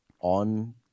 on